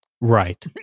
right